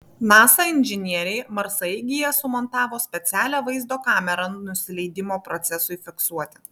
nasa inžinieriai marsaeigyje sumontavo specialią vaizdo kamerą nusileidimo procesui fiksuoti